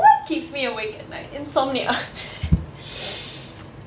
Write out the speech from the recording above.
what keeps me awake at night insomnia